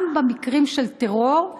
גם במקרים של טרור,